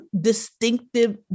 distinctive